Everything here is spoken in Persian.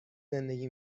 زندگی